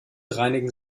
reinigen